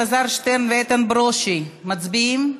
חברי הכנסת אלעזר שטרן ואיתן ברושי, מצביעים?